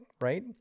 right